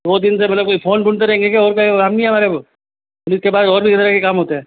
दो दिन से मतलब कोई फोन ढूंढते रहेंगे क्या और कोई काम नहीं है हमारे को पुलिस के पास और भी कईं तरह के काम होते हैं